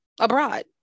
abroad